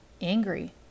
angry